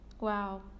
Wow